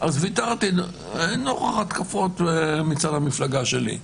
אז ויתרתי נוכח התקפות מצד המפלגה שלי.